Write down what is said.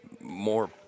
more